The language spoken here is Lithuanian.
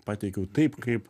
pateikiau taip kaip